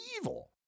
evil